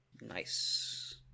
Nice